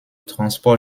transports